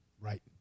Right